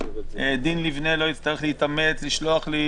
דין ליבנה לא יצטרך להתאמץ לשלוח לי,